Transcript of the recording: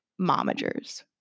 momagers